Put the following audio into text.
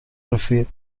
رفیق